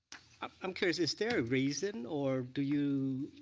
i am curious is there a reason or do you